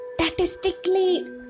statistically